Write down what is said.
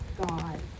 God